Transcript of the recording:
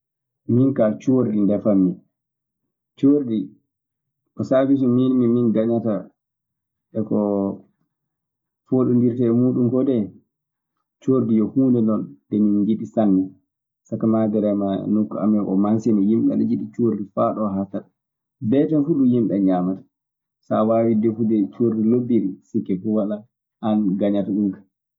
Minkaa cordi defammi. Cordi! Ko saabi so mim'mu gañata eko fooɗondirtee e mum koo. Cordi o huunde non ko mim njiɗi sanne; saka maaderema nokku amen Maasina yimɓe ana njiɗi cordi faa ɗoo haatatta. Beete fuu ɗum yimɓe ñaamata; so a waawi defude cordi lobbiri sikke fuu walaa an gañata ɗum kaa.